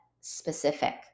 specific